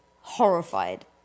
horrified